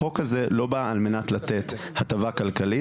החוק הזה לא בא על מנת לתת הטבה כלכלית,